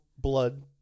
blood